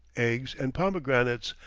eggs, and pomegranates,